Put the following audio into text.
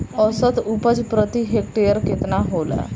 औसत उपज प्रति हेक्टेयर केतना होला?